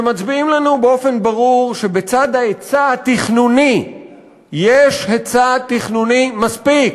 שמצביעים לנו באופן ברור שבצד ההיצע התכנוני יש היצע תכנוני מספיק,